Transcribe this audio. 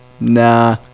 nah